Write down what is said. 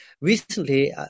recently